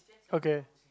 okay